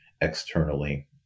externally